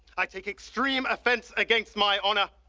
i take extreme offense against my honor.